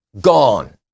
gone